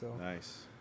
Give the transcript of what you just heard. Nice